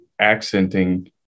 accenting